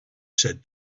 said